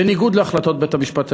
בניגוד להחלטות בית-המשפט העליון,